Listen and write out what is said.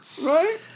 Right